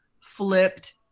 flipped